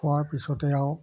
হোৱাৰ পিছতে আৰু